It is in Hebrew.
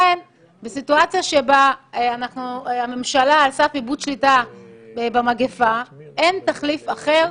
בסיטואציה שבה הממשלה על סף איבוד שליטה במגיפה - אין תחליף אחר.